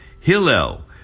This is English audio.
Hillel